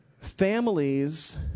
families